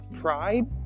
pride